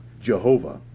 Jehovah